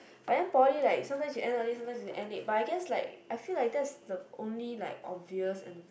but then poly like sometimes you end early sometimes you end late but I guess like I feel like that's the only like obvious and